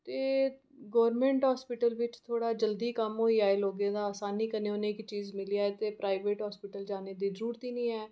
ते government hospital बिच्च थोह्ड़ा जल्दी कम्म होई जाए लोगें दा असानी कन्नै उनेंगी चीज़ मिली जाए ते प्राइवेट हास्पिटल जाने दी जरूरत गै नीं ऐ